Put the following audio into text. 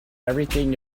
everything